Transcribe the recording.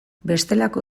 bestelako